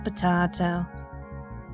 potato